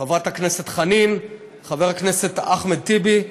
חברת הכנסת חנין, חבר הכנסת אחמד טיבי.